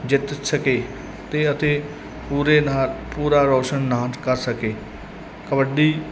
ਜਿੱਤ ਸਕੇ ਅਤੇ ਅਤੇ ਪੂਰੇ ਨਾਲ ਪੂਰਾ ਰੋਸ਼ਨ ਕਰ ਸਕੇ ਕਬੱਡੀ